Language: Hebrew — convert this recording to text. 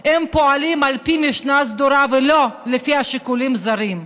פועלות על פי משנה סדורה ולא לפי שיקולים זרים,